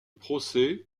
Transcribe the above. procès